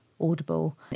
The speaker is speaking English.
audible